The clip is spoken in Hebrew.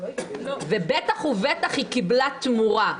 ובטח ובטח היא קיבלה תמורה,